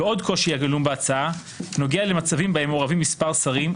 ועוד קושי הגלום בהצעה נוגע למצבים בהם מעורבים מספר שרים,